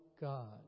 God